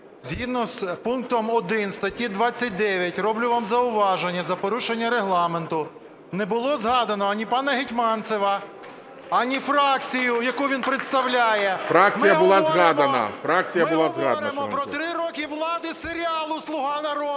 згідно з пунктом 1 статті 29 роблю вам зауваження за порушення Регламенту. Не було згадано, ані пана Гетманцева, ані фракцію, яку він представляє… ГОЛОВУЮЧИЙ. Фракція була згадана. ВЛАСЕНКО С.В. Ми говоримо про 3 роки влади серіалу "Слуга народу",